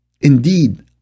indeed